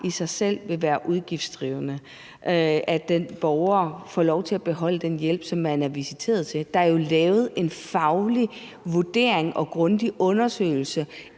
i sig selv vil være udgiftsdrivende, at den borger får lov til at beholde den hjælp, som vedkommende er visiteret til. Der er jo lavet en faglig vurdering og grundig undersøgelse,